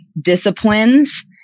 disciplines